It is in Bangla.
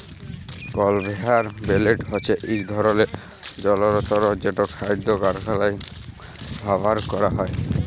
কলভেয়ার বেলেট হছে ইক ধরলের জলতর যেট খাদ্য কারখালায় ব্যাভার ক্যরা হয়